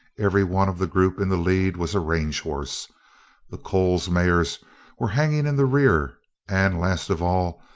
every one of the group in the lead was a range horse the coles mares were hanging in the rear and last of all,